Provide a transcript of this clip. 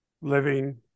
living